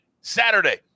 Saturday